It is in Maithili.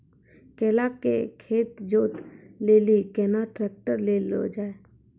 केला के खेत जोत लिली केना ट्रैक्टर ले लो जा?